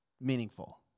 meaningful